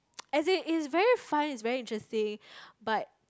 as in it's very fun it's very interesting but